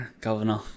Governor